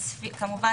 כמובן,